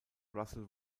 russell